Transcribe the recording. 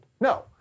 No